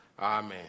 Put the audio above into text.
Amen